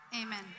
Amen